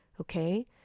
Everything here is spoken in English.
okay